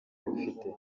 mfite